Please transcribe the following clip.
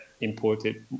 imported